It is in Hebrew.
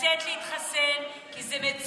לצאת להתחסן, כי זה מציל.